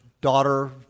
daughter